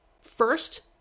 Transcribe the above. First